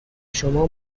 شما